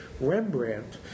Rembrandt